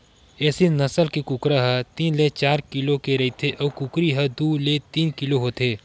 एसील नसल के कुकरा ह तीन ले चार किलो के रहिथे अउ कुकरी ह दू ले तीन किलो होथे